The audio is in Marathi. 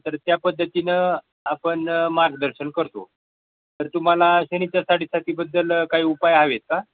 तर त्या पद्धतीनं आपण मार्गदर्शन करतो तर तुम्हाला शनीच्या साडेसातीबद्दल काही उपाय हवे का